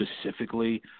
specifically